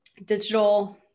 digital